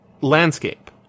landscape